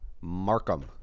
Markham